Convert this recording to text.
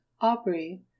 Aubrey